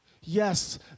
Yes